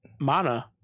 mana